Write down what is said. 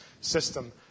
system